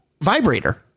vibrator